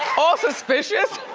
all suspicious.